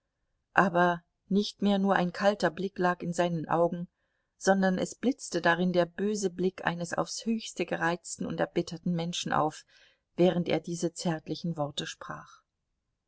aber nicht mehr nur ein kalter blick lag in seinen augen sondern es blitzte darin der böse blick eines aufs höchste gereizten und erbitterten menschen auf während er diese zärtlichen worte sprach